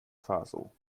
faso